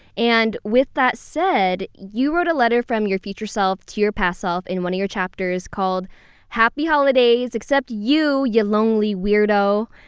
and, with that said, you wrote a letter from your future self to your past self in one of your chapters called happy holidays, except you, you lonely weirdo.